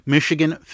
Michigan